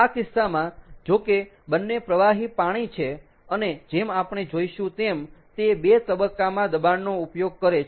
આ કિસ્સામાં જો કે બંને પ્રવાહી પાણી છે અને જેમ આપણે જોઈશું તેમ તે 2 તબક્કામાં દબાણનો ઉપયોગ કરે છે